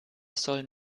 sollen